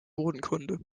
bodenkunde